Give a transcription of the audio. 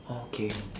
okay